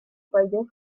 пойдет